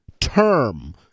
term